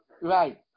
Right